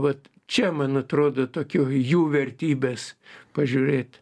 vat čia man atrodo tokių jų vertybės pažiūrėt